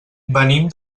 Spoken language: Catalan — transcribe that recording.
venim